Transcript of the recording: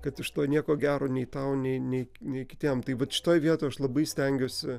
kad iš to nieko gero nei tau nei nei nei kitiem tai vat šitoj vietoj aš labai stengiuosi